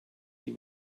die